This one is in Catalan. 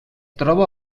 troba